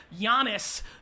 Giannis